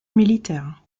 militaire